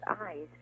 eyes